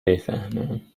بفهمم